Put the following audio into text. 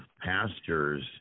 pastors